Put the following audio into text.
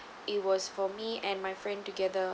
it was for me and my friend together